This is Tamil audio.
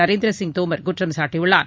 நரேந்திர சிங் தோமர் குற்றம் சாட்டியுள்ளார்